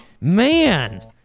man